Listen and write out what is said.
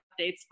updates